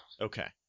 Okay